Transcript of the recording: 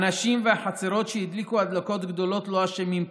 האנשים והחצרות שהדליקו הדלקות גדולות לא אשמים פה.